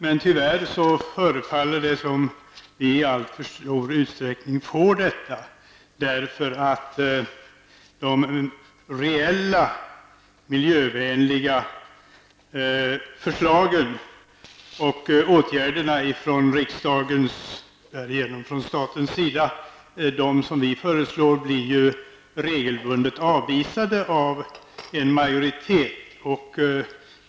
Men tyvärr förefaller det som att vi i alltför stor utsträckning får detta, eftersom de reella miljövänliga förslagen, dvs. de åtgärder som vi föreslår, regelbundet blir avvisade av majoriteten.